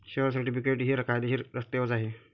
share certificate हे कायदेशीर दस्तऐवज आहे